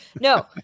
No